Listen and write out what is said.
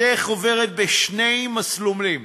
הדרך עוברת בשני מסלולים: